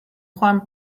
joan